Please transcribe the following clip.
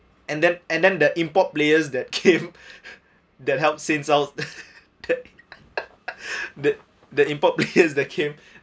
and then and then the import players that came that help since I'll that the import player that came